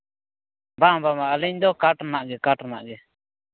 ᱵᱟᱝ ᱱᱟᱝ ᱟᱹᱞᱤᱧ ᱫᱚ ᱠᱟᱴᱷ ᱨᱮᱱᱟᱜ ᱜᱮ ᱠᱟᱴᱷ ᱨᱮᱱᱟᱜ ᱜᱮ